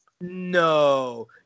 no